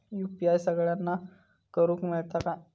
UPI सगळ्यांना करुक मेलता काय?